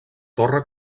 torre